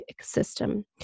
system